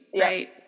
right